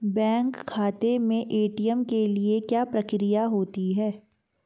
Bank खाते में ATM के लिए क्या प्रक्रिया होती है?